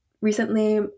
recently